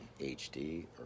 HD